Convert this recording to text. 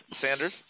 Sanders